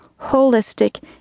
holistic